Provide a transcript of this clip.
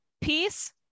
peace